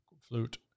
flute